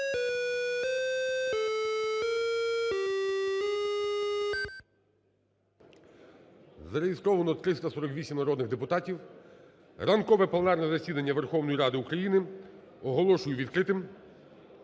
Зареєстровано 348 народних депутатів. Ранкове пленарне засідання Верховної Ради України оголошую відкритим.